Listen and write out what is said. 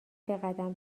بقدم